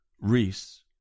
Reese